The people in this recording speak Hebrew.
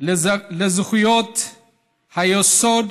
לזכויות היסוד.